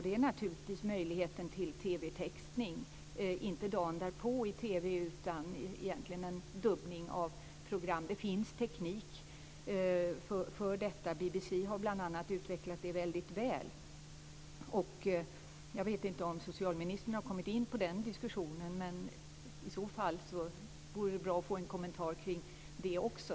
Den handlar om möjligheten till TV textning, och då inte dagen därpå i TV utan egentligen en dubbning av program. Det finns teknik för detta. BBC har bl.a. utvecklat det väldigt väl. Jag vet inte om socialministern har kommit in på den diskussionen, men om så är fallet vore det bra att få en kommentar kring det också.